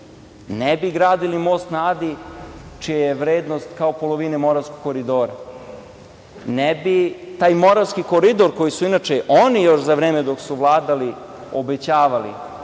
Ne bi gradili most na Adi čija je vrednost kao polovine Moravskog koridora. Ne bi taj Moravski koridor, koji su inače oni još za vreme dok su vladali obećavali,